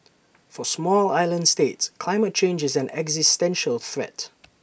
for small island states climate change is an existential threat